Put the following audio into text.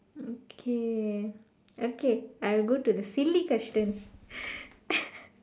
okay okay I will go to the silly question